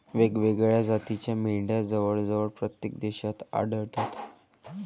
वेगवेगळ्या जातीच्या मेंढ्या जवळजवळ प्रत्येक देशात आढळतात